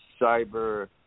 cyber